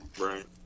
Right